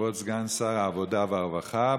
כבוד סגן שר העבודה והרווחה,